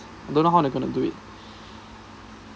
don't know how they're gonna do it